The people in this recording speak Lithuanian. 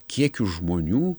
kiekiu žmonių